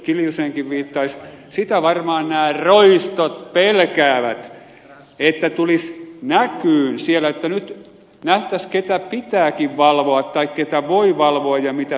kiljuseenkin viittaisi varmaan nämä roistot pelkäävät että tulisi näkymään siellä että nyt näkisimme ketä pitääkin valvoa tai ketä voi valvoa ja mitä tehdään